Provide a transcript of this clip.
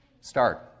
start